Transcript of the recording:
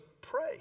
pray